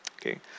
Okay